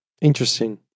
Interesting